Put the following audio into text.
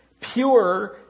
pure